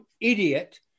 idiot